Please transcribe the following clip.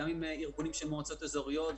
גם עם ארגונים של מועצות אזוריות,